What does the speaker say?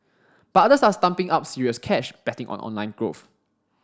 but others are stumping up serious cash betting on online growth